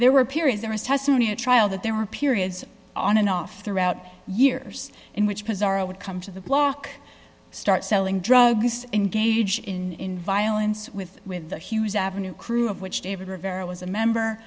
there were periods there was testimony at trial that there were periods on and off throughout years in which his are i would come to the block start selling drugs engage in violence with with the hughes avenue crew of which david rivera was a member